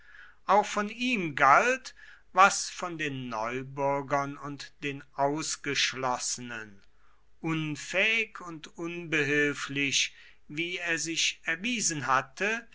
auch von ihm galt was von den neubürgern und den ausgeschlossenen unfähig und unbehilflich wie er sich erwiesen hatte